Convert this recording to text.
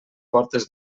portes